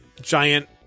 giant